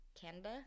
Canada